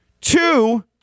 Two